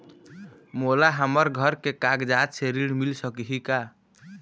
मोला हमर घर के कागजात से ऋण मिल सकही का?